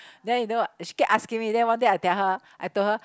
then you know she keep asking me then one day I tell her I told her